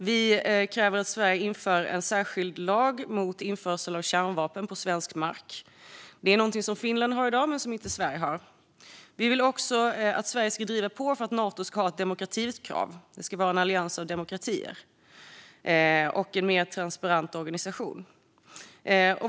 Vi kräver att Sverige inför en särskild lag mot införsel av kärnvapen på svensk mark. Det är någonting som Finland men inte Sverige har i dag. Vi vill också att Sverige ska driva på för att Nato ska ha ett demokratikrav. Nato ska vara en allians av demokratier och en mer transparent organisation.